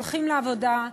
הולכים לעבודה,